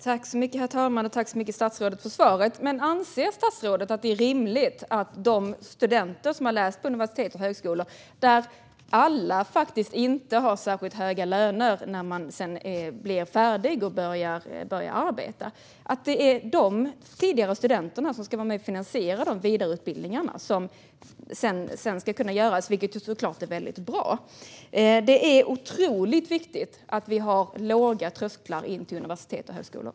Herr talman! Tack så mycket, statsrådet, för svaret! Men anser statsrådet att det är rimligt att det är de tidigare studenterna som ska finansiera detta? Alla har faktiskt inte särskilt höga löner när man sedan blir färdig och börjar arbeta. Det blir ju de som har läst på universitet och högskolor som ska vara med och finansiera de vidareutbildningar som sedan ska kunna göras, och som i sig såklart är väldigt bra. Det är otroligt viktigt att vi har låga trösklar in till universitet och högskolor.